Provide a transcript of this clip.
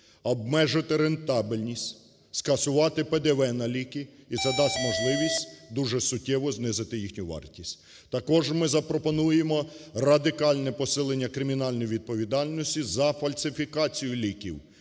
обмежити рентабельність, скасувати ПДВ на ліки, і це дасть можливість дуже суттєво знизити їхню вартість. Також ми запропонуємо радикальне посилення кримінальної відповідальності за фальсифікацію ліків,